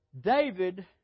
David